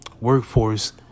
workforce